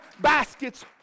baskets